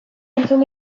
entzun